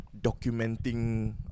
Documenting